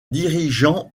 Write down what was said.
dirigeants